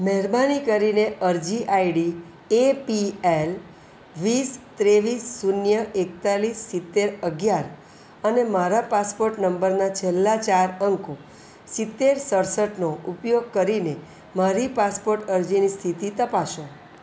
મહેરબાની કરીને અરજી આઈડી એ પી એલ વીસ ત્રેવીસ શૂન્ય એકતાલીસ સિત્તેર અગિયાર અને મારા પાસપોર્ટ નંબરના છેલ્લા ચાર અંકો સિત્તેર સડસઠનો ઉપયોગ કરીને મારી પાસપોર્ટ અરજીની સ્થિતિ તપાસો